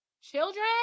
children